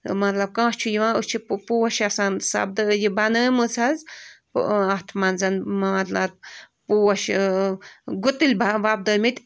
مطلب کانٛہہ چھُ یِوان أسۍ چھِ پوش آسان سبدٲیہِ بَنٲمٕژ حظ اَتھ منٛز مطلب پوش گُتٕلۍ وۄبدٲمِتۍ